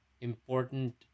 important